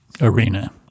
arena